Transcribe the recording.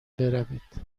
بروید